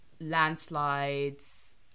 landslides